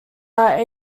are